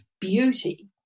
beauty